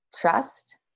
trust